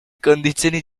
condizioni